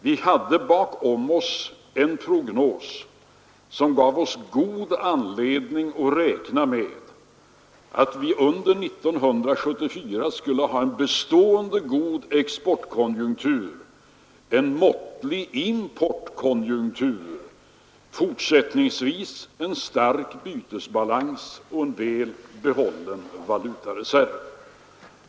Vi hade bakom oss en prognos som gav oss god anledning räkna med att vi under 1974 skulle ha en bestående god exportkonjunktur, en måttlig importkonjunktur, fortsättningsvis en stark bytesbalans och en väl behållen valutareserv.